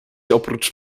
oprócz